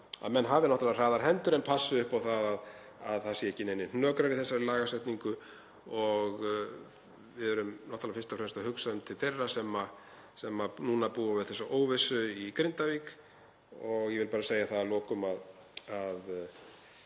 að menn hafi hraðar hendur en passi upp á að það séu ekki neinir hnökrar í þessari lagasetningu. Við erum náttúrlega fyrst og fremst að hugsa til þeirra sem búa núna við þessa óvissu í Grindavík. Ég vil bara segja það að lokum,